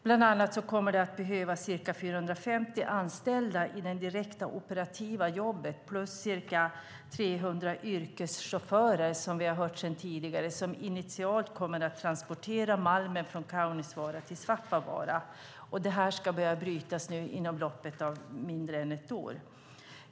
Bland annat kommer det att behövas ca 450 anställda i det direkta operativa jobbet plus ca 300 yrkeschaufförer, vilket vi har hört om tidigare, som initialt kommer att transportera malmen från Kaunisvaara till Svappavaara. Den ska börja brytas inom loppet av mindre än ett år.